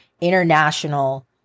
international